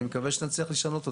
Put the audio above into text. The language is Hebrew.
אני מקווה שנצליח לשנות אותה.